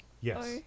Yes